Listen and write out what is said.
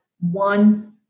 one